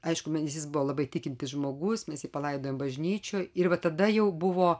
aišku jis buvo labai tikintis žmogus mes jį palaidojom bažnyčioje ir va tada jau buvo